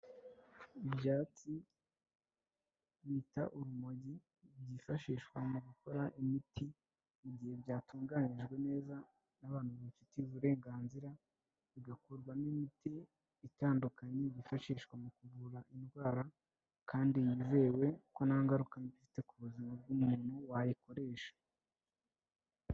Ibyatsi bita urumogi, byifashishwa mu gukora imiti igihe byatunganijwe neza n'abantu babifitiye uburenganzira, bigakorwamo imiti itandukanye yifashishwa mu kuvura indwara kandi yizewe ko nta ngaruka mbi ifite ku buzima bw'umuntu wayikoresha.